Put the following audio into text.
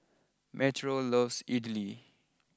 Metro loves Idili